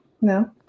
No